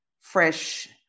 fresh